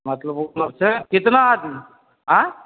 मतलब उपलब्ध छै कितना आदमी आँइ